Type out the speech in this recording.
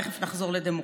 תכף נחזור לדמוקרטיה.